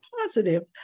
positive